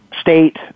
state